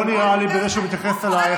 לא נראה לי שבזה שהוא מתייחס אלייך,